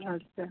अच्छा